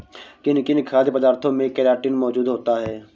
किन किन खाद्य पदार्थों में केराटिन मोजूद होता है?